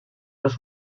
los